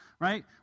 right